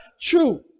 true